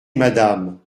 madame